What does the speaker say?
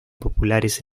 populares